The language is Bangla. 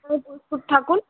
আপনারা প্রস্তুত থাকুন